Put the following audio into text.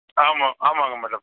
ஆமாம் ஆமாங்க மேடம்